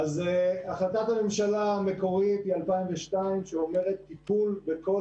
החלטת הממשלה המקורית מ-2002 אומרת: טיפול בכל